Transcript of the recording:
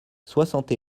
soixante